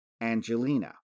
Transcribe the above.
Angelina